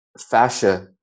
fascia